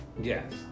Yes